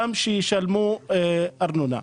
דרשו שישלמו ארנונה.